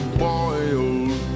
boiled